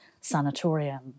sanatorium